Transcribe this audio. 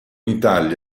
italia